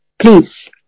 please